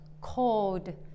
called